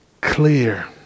clear